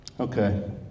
Okay